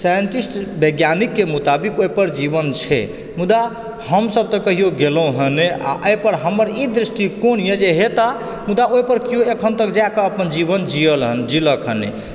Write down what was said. scientist वैज्ञानिककऽ मुताबिक ओहि पर जीवन छै मुदा हमसभ तऽ कहिओ गेलहुँ हँ नहि आ एहि पर हमर ई दृष्टिकोणए जे हेताह मुदा ओहि पर केओ अखन तक जायकऽ अपन जीवन जियल हँ नहि जीलक हँ नहि